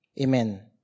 Amen